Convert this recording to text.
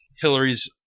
Hillary's